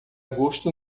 gosto